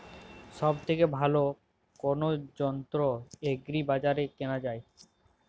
সব থেকে ভালো কোনো যন্ত্র এগ্রি বাজারে কেনা যায়?